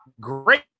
great